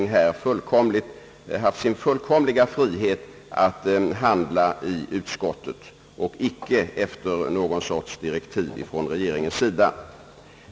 De har haft sin fulla frihet att handla i utskottet, och icke efter några direktiv från regeringen.